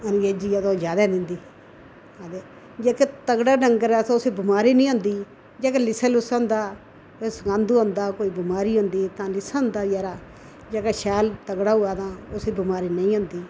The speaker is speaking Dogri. रंगेजी ऐ ते ओह् जादा दिन्दी ऐ जेह्के तगड़ा डंगर ऐ उसी बमारी नेईं होंदी जेह्का लिस्सा लूस्सा होंदा सकंद होंदा कोई बमारी होंदी तां लिस्सा होंदा बेचारा जेह्ड़ा शैल तगड़ा होऐ तां उसी बमारी नेईं होंदी